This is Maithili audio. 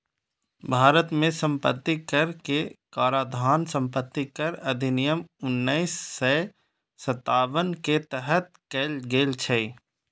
भारत मे संपत्ति कर के काराधान संपत्ति कर अधिनियम उन्नैस सय सत्तावन के तहत कैल गेल छै